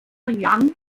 young